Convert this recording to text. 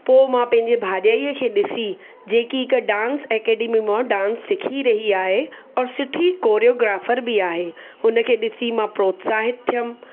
पोइ मां पंहिंजे भाॼाईअ खे ॾिसी जेके हिकु डांस एकेडमी मां डांस सिखी रही आहे और सुठी कोर्योग्राफ़र बि आहे हुनखे ॾिसी मां प्रोत्साहित थियमि